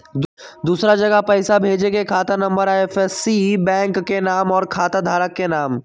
दूसरा जगह पईसा भेजे में खाता नं, आई.एफ.एस.सी, बैंक के नाम, और खाता धारक के नाम?